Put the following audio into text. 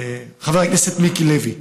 חבר הכנסת מיקי לוי,